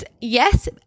yes